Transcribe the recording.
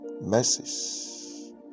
mercies